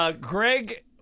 Greg